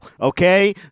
Okay